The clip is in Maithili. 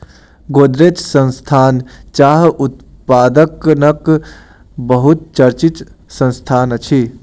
गोदरेज संस्थान चाह उत्पादनक बहुत चर्चित संस्थान अछि